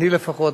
אני לפחות,